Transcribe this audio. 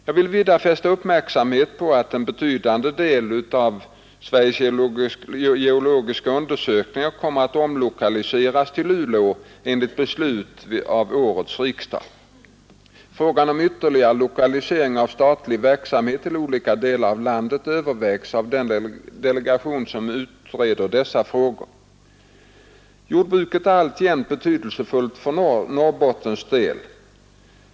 Jag vill vidare fästa uppmärksamheten på att en betydande del av Sveriges geologiska undersökning kommer att omlokaliseras till Luleå enligt beslut av årets riksdag. Frågan om ytterligare lokalisering av statlig verksamhet till olika delar av landet övervägs av den delegation som utreder dessa frågor. Jordbruket är alltjämt betydelsefullt för Norrbottens del.